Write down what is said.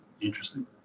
interesting